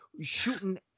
shooting